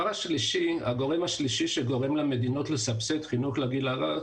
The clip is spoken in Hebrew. הגורם השלישי שגורם למדינות לסבסד חינוך לגיל הרך